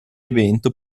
evento